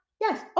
Yes